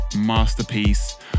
masterpiece